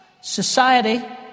society